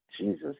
Jesus